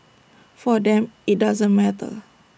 for them IT doesn't matter